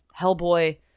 Hellboy